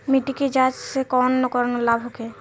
मिट्टी जाँच से कौन कौनलाभ होखे?